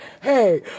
hey